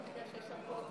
אני אדבר אחריו.